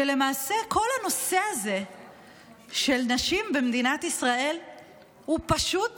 שלמעשה כל הנושא הזה של נשים במדינת ישראל הוא פשוט